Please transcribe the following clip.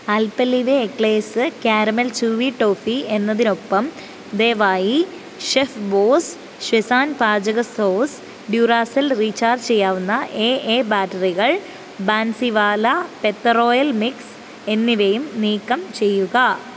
ആൽപെലീബേ eclairs caramel chewy toffee എന്നതിനൊപ്പം ദയവായി Chef Boss schezwan പാചക സോസ് ഡ്യുറാസെൽ റീചാർജ് ചെയ്യാവുന്ന എ എ ബാറ്ററികൾ ബൻസിവാല പെത്ത റോയൽ മിക്സ് എന്നിവയും നീക്കം ചെയ്യുക